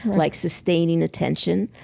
like sustaining attention,